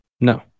No